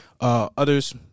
Others